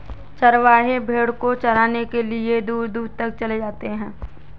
चरवाहे भेड़ को चराने के लिए दूर दूर तक चले जाते हैं